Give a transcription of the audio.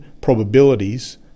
probabilities